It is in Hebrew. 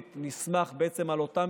לא עידוד.